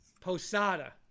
Posada